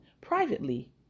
privately